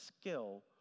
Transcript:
skill